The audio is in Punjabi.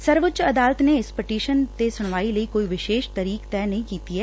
ਸਰਵਊੱਚ ਅਦਾਲਤ ਨੇ ਇਸ ਪਟੀਸ਼ਨ ਤੇ ਸੁਣਵਾਈ ਲਈ ਕੋਈ ਵਿਸ਼ੇਸ਼ ਤਰੀਕ ਤੈਅ ਨਹੀ ਕੀਤੀ ਐ